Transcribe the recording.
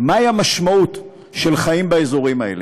מהי המשמעות של חיים באזורים האלה.